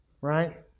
Right